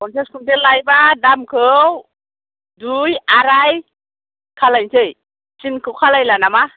पन्सास कुन्टेल लायोब्ला दामखौ दुइ आराइ खालामसै तिनखौ खालामला नामा